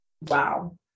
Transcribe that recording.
wow